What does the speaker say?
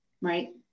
right